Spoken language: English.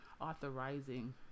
authorizing